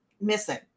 missing